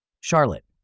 Charlotte